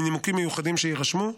מנימוקים מיוחדים שיירשמו,